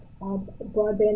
Broadband